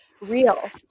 real